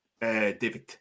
David